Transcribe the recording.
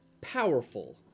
powerful